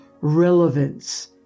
relevance